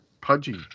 pudgy